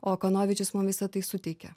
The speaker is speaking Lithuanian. o kanovičius mumyse tai suteikia